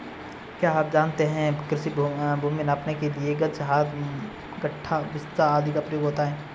क्या आप जानते है कृषि भूमि नापने के लिए गज, हाथ, गट्ठा, बिस्बा आदि का प्रयोग होता है?